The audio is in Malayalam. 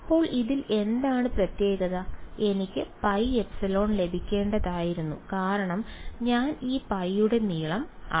അപ്പോൾ ഇതിൽ എന്താണ് പ്രത്യേകത എനിക്ക് πε ലഭിക്കേണ്ടതായിരുന്നു കാരണം ഞാൻ ഈ π യുടെ നീളം അളക്കുന്നു